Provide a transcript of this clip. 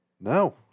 No